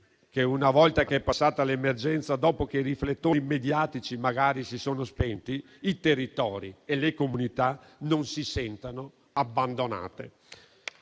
una volta passata l'emergenza, dopo che i riflettori mediatici si sono spenti, i territori e le comunità non si sentano abbandonati.